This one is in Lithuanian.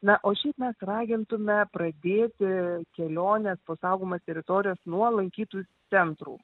na o šiaip mes ragintume pradėti keliones po saugomas teritorijas nuo lankytojų centrų